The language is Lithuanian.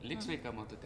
lik sveika motute